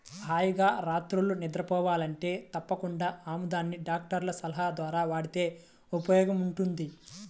హాయిగా రాత్రిళ్ళు నిద్రబోవాలంటే తప్పకుండా ఆముదాన్ని డాక్టర్ల సలహా ద్వారా వాడితే ఉపయోగముంటది